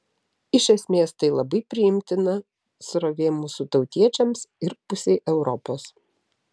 iš esmės tai labai priimtina srovė mūsų tautiečiams ir pusei europos